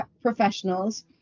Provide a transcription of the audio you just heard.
professionals